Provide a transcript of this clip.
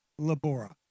labora